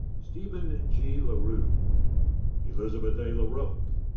stephen g. larew. elizabeth a. larocque.